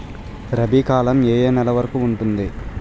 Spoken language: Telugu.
రబీ కాలం ఏ ఏ నెల వరికి ఉంటుంది?